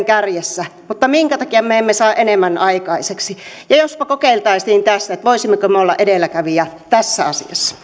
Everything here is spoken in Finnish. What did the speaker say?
kärjessä mutta me emme saa enemmän aikaiseksi jospa kokeiltaisiin tässä voisimmeko me olla edelläkävijä tässä asiassa